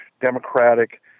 democratic